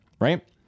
right